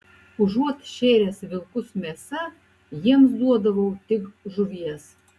užuot šėręs vilkus mėsa jiems duodavau tik žuvies